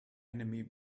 enemy